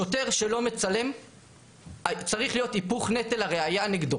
שוטר שלא מצלם צריך להיות היפוך נטל הראיה נגדו